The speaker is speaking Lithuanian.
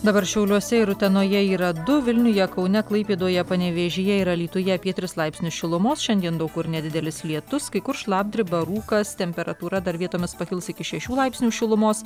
dabar šiauliuose ir utenoje yra du vilniuje kaune klaipėdoje panevėžyje ir alytuje apie tris laipsnius šilumos šiandien daug kur nedidelis lietus kai kur šlapdriba rūkas temperatūra dar vietomis pakils iki šešių laipsnių šilumos